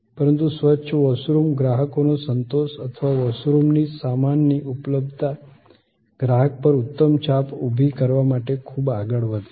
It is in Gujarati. પરંતુ સ્વચ્છ વોશરૂમ ગ્રાહકોનો સંતોષ અથવા વોશરૂમની સામાનની ઉપલબ્ધતા ગ્રાહક પર ઉત્તમ છાપ ઉભી કરવા માટે ખૂબ આગળ વધે છે